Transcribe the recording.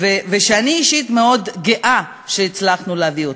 ושאני אישית מאוד גאה שהצלחנו להביא אותם.